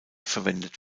verwendet